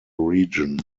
region